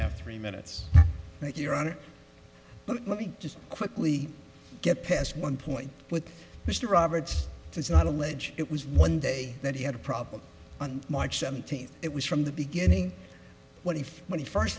after three minutes your honor let me just quickly get past one point with mr roberts it's not allege it was one day that he had a problem on march seventeenth it was from the beginning what if when he first